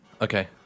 Okay